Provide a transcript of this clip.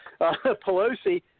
Pelosi